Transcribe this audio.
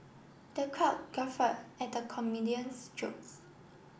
the crowd guffaw at the comedian's jokes